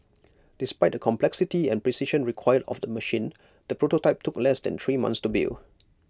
despite the complexity and precision required of the machine the prototype took less than three months to build